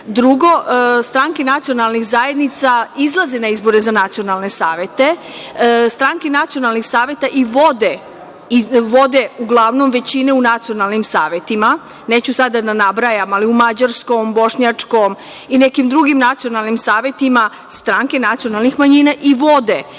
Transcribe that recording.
stranke nacionalnih zajednica izlaze na izbore za nacionalne saveta. Stranke i nacionalnih saveta i vode uglavnom većine u nacionalnim savetima. Neću sada da nabrajam, ali u mađarskom, bošnjačkom, i nekim drugim nacionalnim savetima, stranke nacionalnih manjina i vode te